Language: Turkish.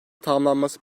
tamamlanması